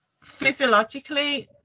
Physiologically